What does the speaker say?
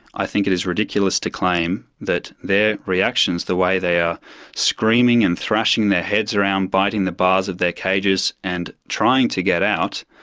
i think it's ridiculous to claim that their reactions, the way they are screaming and thrashing their heads around, biting the bars of their cages and trying to get out,